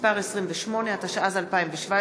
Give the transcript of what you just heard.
התשע"ה 2015,